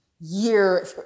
year